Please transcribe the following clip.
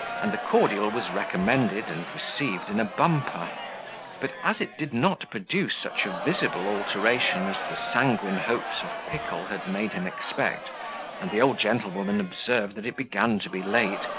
and the cordial was recommended and received in a bumper but as it did not produce such a visible alteration as the sanguine hopes of pickle had made him expect, and the old gentlewoman observed that it began to be late,